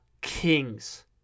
kings